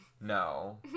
No